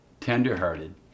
tenderhearted